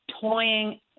toying